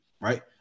Right